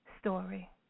story